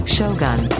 Shogun